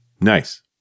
Nice